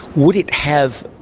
would it have,